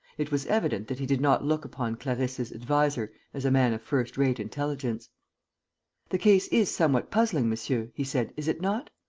it was evident that he did not look upon clarisse's adviser as a man of first-rate intelligence the case is somewhat puzzling, monsieur, he said, is it not?